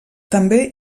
també